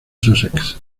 sussex